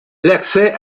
l’accès